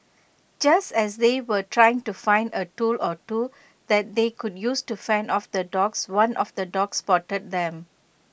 just as they were trying to find A tool or two that they could use to fend off the dogs one of the dogs spotted them